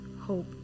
hope